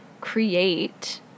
create